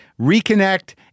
reconnect